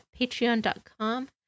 patreon.com